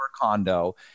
condo